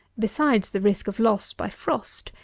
besides the risk of loss by frost,